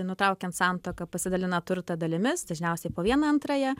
nutraukiant santuoką pasidalina turtą dalimis dažniausiai po vieną antrąją